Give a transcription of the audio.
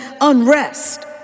unrest